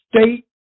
state